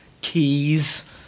keys